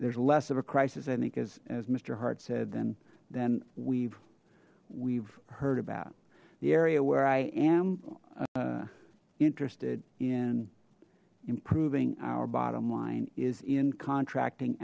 there's less of a crisis i think as as mister hart said then then we've we've heard about the area where i am interested in improving our bottom line is in contracting